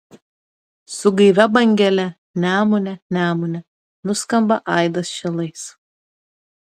su gaivia bangele nemune nemune nuskamba aidas šilais